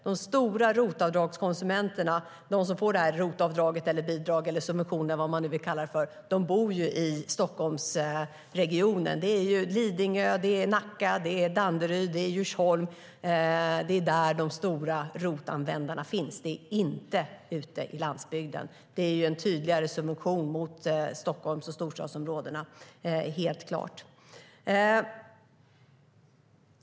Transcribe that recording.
De stora ROT-avdragskonsumenterna - alltså de som får dessa ROT-avdrag, bidrag, subventioner eller vad man nu vill kalla dem - bor i Stockholmsregionen. Det är Lidingö, Nacka, Danderyd och Djursholm. Det är där de stora ROT-användarna finns, inte ute på landsbygden. Det är helt klart en tydlig subvention mot Stockholmsområdet och storstadsområdena.